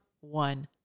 one